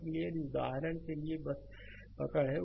इसलिए यदि उदाहरण के लिए बस पकड़ है